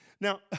Now